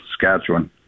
Saskatchewan